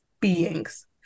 beings